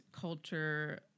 culture